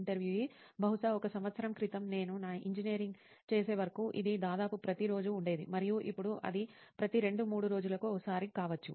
ఇంటర్వ్యూఈ బహుశా ఒక సంవత్సరం క్రితం నేను నా ఇంజనీరింగ్ చేసే వరకు ఇది దాదాపు ప్రతిరోజూ ఉండేది మరియు ఇప్పుడు అది ప్రతి రెండు మూడు రోజులకు ఒకసారి కావచ్చు